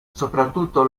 soprattutto